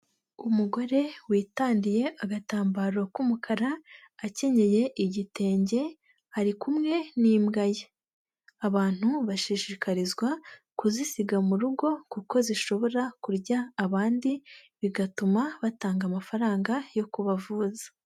Umugore witandiye agatambaro k'umukara, akenyeye igitenge ari kumwe n'imbwa ye, abantu bashishikarizwa kuzisiga mu rugo kuko zishobora kurya abandi bigatuma batanga amafaranga yo kubavuza.